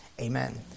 Amen